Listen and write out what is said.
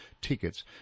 tickets